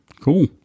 cool